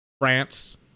France